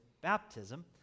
baptism